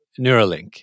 Neuralink